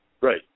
Right